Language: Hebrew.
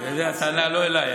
הטענה היא לא אליי,